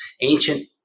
ancient